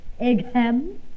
Eggham